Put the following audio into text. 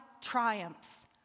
triumphs